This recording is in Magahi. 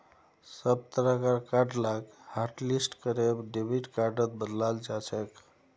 सब तरह कार कार्ड लाक हाटलिस्ट करे डेबिट कार्डत बदलाल जाछेक